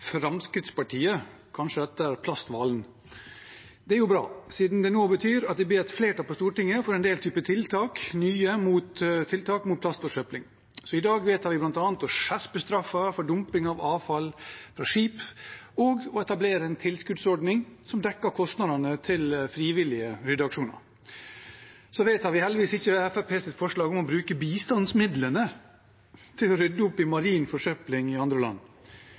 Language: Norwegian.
Fremskrittspartiet – kanskje etter plasthvalen. Det er jo bra, siden det nå betyr at det blir et flertall på Stortinget for en del nye tiltak mot plastforsøpling. I dag vedtar vi bl.a. å skjerpe straffen for dumping av avfall fra skip og å etablere en tilskuddsordning som dekker kostnadene til frivillige ryddeaksjoner. Vi vedtar heldigvis ikke Fremskrittspartiets forslag om å bruke bistandsmidlene til å rydde opp i marin forsøpling i andre land.